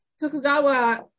Tokugawa